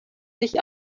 sich